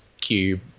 cube